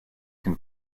can